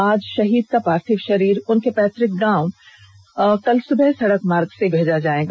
आज शहीद का पार्थिव शरीर उनके पैत्रिक गांव कल सुबह सड़क मार्ग से भेजा जायेगा